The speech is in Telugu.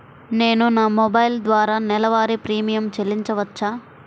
నేను నా మొబైల్ ద్వారా నెలవారీ ప్రీమియం చెల్లించవచ్చా?